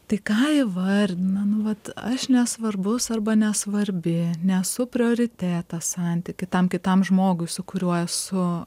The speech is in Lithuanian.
tai ką įvardina nu vat aš nesvarbus arba nesvarbi nesu prioritetas santyky tam kitam žmogui su kuriuo esu